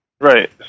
Right